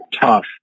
tough